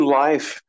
life